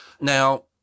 Now